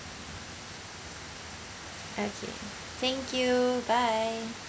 okay thank you bye